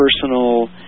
personal